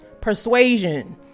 persuasion